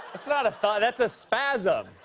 that's not a thought. that's a spasm.